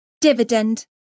Dividend